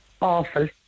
Awful